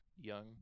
young